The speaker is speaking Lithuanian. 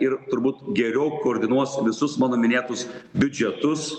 ir turbūt geriau koordinuos visus mano minėtus biudžetus